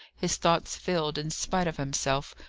his thoughts filled, in spite of himself,